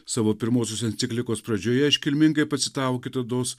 savo pirmosios enciklikos pradžioje iškilmingai pacitavo kitados